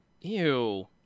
Ew